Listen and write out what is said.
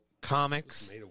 comics